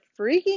freaking